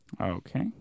Okay